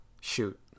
Shoot